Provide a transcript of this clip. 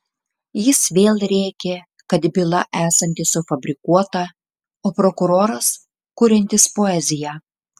jis vėl rėkė kad byla esanti sufabrikuota o prokuroras kuriantis poeziją